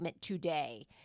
today